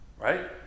Right